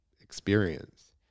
experience